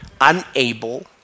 unable